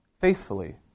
faithfully